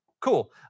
Cool